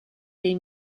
dei